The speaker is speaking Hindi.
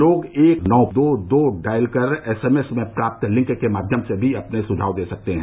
लोग एक नौ दो दो डायल कर एस एम एस में प्राप्त लिंक के माध्यम से भी अपने सुझाव दे सकते हैं